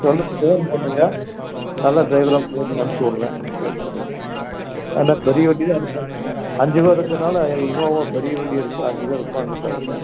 செல்லுக்கு ஃபோன் பண்ணுங்கள் நல்ல ட்ரைவராக போட்டு அனுப்ச்சிவிட்றேன் ஒன்றும் பிரச்சனை இல்லை ஏன்னா பெரிய வண்டி தான் அனுப்புகிறேன் அஞ்சு பேர் இருக்கறனால இனோவா பெரிய வண்டி இருக்கு அஞ்சு பேர் உட்காந்துக்குலாம் அதில்